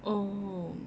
oh